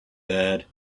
bad